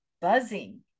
buzzing